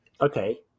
Okay